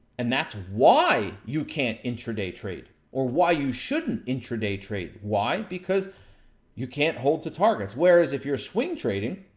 and that's why you can't intraday trade, or why you shouldn't intraday trade. why? because you can't hold to targets. whereas, if you're swing trading,